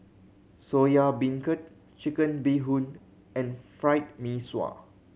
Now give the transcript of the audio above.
Soya Beancurd Chicken Bee Hoon and Fried Mee Sua